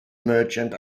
merchant